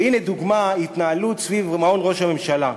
והנה דוגמה, התנהלות סביב מעון ראש הממשלה.